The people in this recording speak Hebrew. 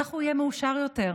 כך הוא יהיה מאושר יותר,